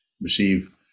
Receive